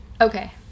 Okay